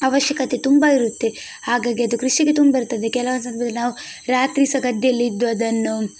ಅವಶ್ಯಕತೆ ತುಂಬ ಇರುತ್ತೆ ಹಾಗಾಗಿ ಅದು ಕೃಷಿಗೆ ತುಂಬ ಇರ್ತದೆ ಕೆಲವೊಂದು ಸಂದರ್ಭದಲ್ಲಿ ನಾವು ರಾತ್ರಿ ಸಹ ಗದ್ದೆಯಲ್ಲಿದ್ದು ಅದನ್ನು